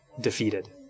defeated